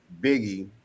Biggie